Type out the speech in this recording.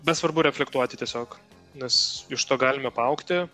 bet svarbu reflektuoti tiesiog nes iš to galime paaugti